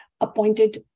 appointed